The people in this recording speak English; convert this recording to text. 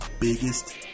biggest